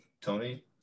tony